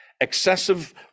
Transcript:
Excessive